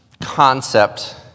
concept